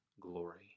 glory